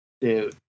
dude